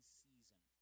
season